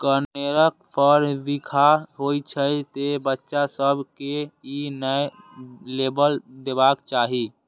कनेरक फर बिखाह होइ छै, तें बच्चा सभ कें ई नै लेबय देबाक चाही